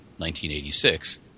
1986